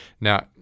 Now